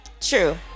True